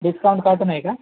discount काटून आहे का